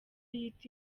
yita